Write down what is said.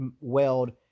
weld